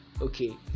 okay